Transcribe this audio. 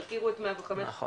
שיכירו את 105,